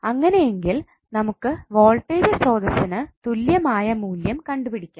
അങ്ങനെയെങ്കിൽ നമുക്ക് വോൾട്ടേജ് സ്രോതസ്സിന് തുല്യമായ മൂല്യം കണ്ടുപിടിക്കണം